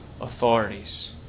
authorities